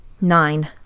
Nine